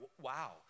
Wow